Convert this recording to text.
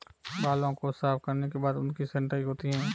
बालों को साफ करने के बाद उनकी छँटाई होती है